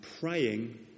praying